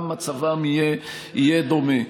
גם מצבם יהיה דומה.